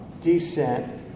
descent